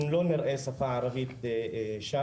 אנחנו לא נראה שפה ערבית שם.